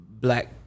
black